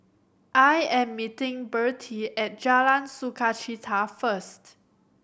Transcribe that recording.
I am meeting Bertie at Jalan Sukachita first